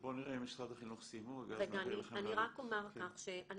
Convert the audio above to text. רק אומר כך.